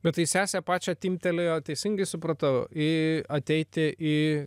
bet tai sesę pačią timptelėjo teisingai supratau į ateiti į